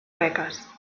beques